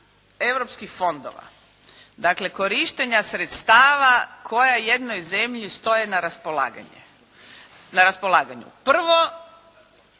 europskih fondova, dakle korištenja sredstava koja jednoj zemlji stoje na raspolaganju. Prvo,